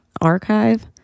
archive